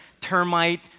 termite